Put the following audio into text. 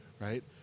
right